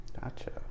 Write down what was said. Gotcha